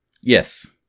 Yes